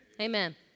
Amen